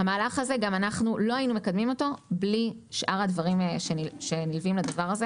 לא היינו מקדמים את המהלך הזה בלי שאר הדברים שנלווים אליו,